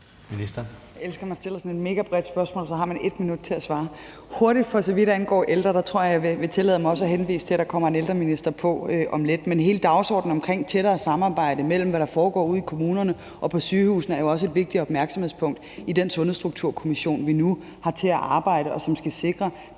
Jeg elsker, når der bliver stillet sådan et mere bredt spørgsmål, og så har man 1 minut til at svare. Hurtigt, for så vidt angår ældre: Jeg tror, jeg vil tillade mig også at henvise til, at der kommer en ældreminister på om lidt. Men hele dagsordenen om et tættere samarbejde, mellem hvad der foregår ude i kommunerne og på sygehusene, er jo også et vigtigt opmærksomhedspunkt i den Sundhedsstrukturkommission, vi nu har til at arbejde, og som skal sikre